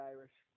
Irish